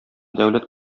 дәүләт